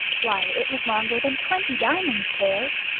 why, it was longer than twenty diamonds' tails!